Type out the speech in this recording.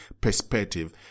perspective